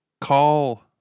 Call